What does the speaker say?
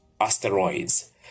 asteroids